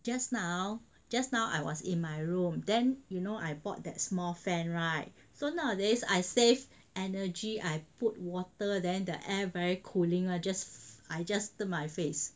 just now just now I was in my room then you know I bought that small fan [right] so nowadays I save energy I put water then the air very cooling just I just my face